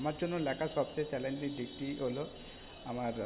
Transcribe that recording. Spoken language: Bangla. আমার জন্য লেখার সবচেয়ে চ্যালেঞ্জিং দিকটি হল আমার